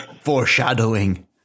Foreshadowing